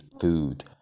food